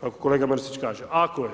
Kako kolega Mrsić kaže, ako je